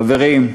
חברים,